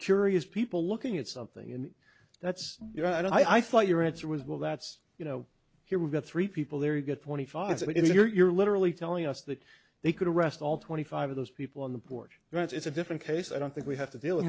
curious people looking at something and that's you know i don't i thought your answer was well that's you know here we've got three people there you get twenty five if you're literally telling us that they could arrest all twenty five of those people on the porch right it's a different case i don't think we have to deal with